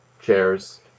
chairs